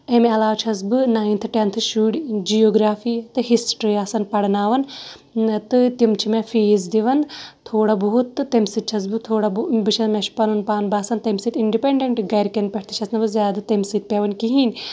امہِ علاوٕ چھس بہٕ نایِنتھٕ ٹینتھٕ شُرۍ جِیوگرٛافی تہٕ ہِسٹرٛی آسان پَڑناوان تہٕ تِم چھِ مےٚ فیٖس دِوان تھوڑا بہت تہٕ تمہِ سۭتۍ چھس بہٕ تھوڑا بہٕ چھس مےٚ چھُ پَنُن پان باسان تمہِ سۭتۍ اِنڈِپینٛڈینٛٹ گَرِکٮ۪ن پٮ۪ٹھ تہِ چھس نہٕ بہٕ زیادٕ تمہِ سۭتۍ پٮ۪وان کِہیٖنۍ